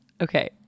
Okay